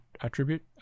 attribute